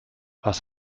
was